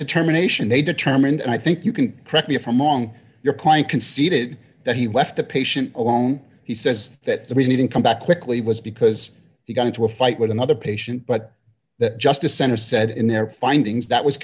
determination they determined i think you can correct me if i'm wrong your client conceded that he left the patient alone he says that he didn't come back quickly was because he got into a fight with another patient but that justice center said in their findings that was